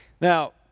Now